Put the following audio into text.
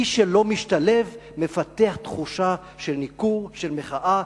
מי שלא משתלב מפתח תחושה של ניכור, של מחאה.